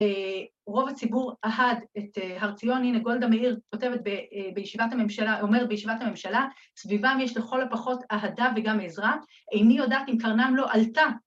אה... ‫רוב הציבור אהד את הר ציון. ‫הנה, גולדה מאיר כותבת בישיבת הממשלה... אומרת בישיבת הממשלה: "‫סביבם יש לכל הפחות אהדה ‫וגם עזרה. ‫איני יודעת אם קרנם לא עלתה".